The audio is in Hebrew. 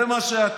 זה מה שאתה.